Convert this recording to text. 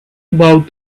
about